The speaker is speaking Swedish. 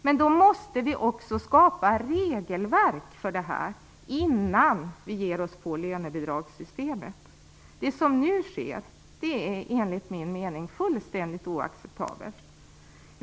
Men då måste vi skapa regelverk för detta innan vi ger oss på lönebidragssystemet. Det som nu sker är enligt min mening fullständigt oacceptabelt.